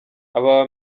aba